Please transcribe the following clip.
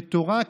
ותורה,